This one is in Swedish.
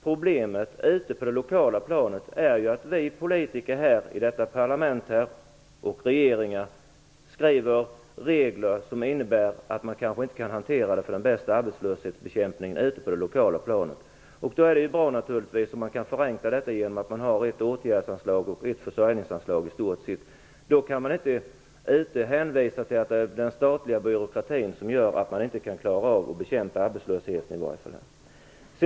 Problemet på det lokala planet är att vi politiker i detta parlament och regeringen skriver regler som innebär att man där kanske inte kan använda den bästa arbetslöshetsbekämpningen. Det är då naturligtvis bra om man kan förenkla det hela genom att i stort sett ha ett åtgärdsanslag och ett försörjningsanslag. Då kan man i vart fall inte hänvisa till att det är den statliga byråkratin som gör att man inte kan klara av att bekämpa arbetslösheten.